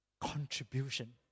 contribution